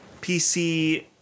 PC